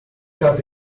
cut